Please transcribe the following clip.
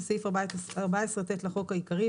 "בסעיף 14ט לחוק העיקרי,